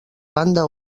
banda